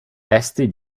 testi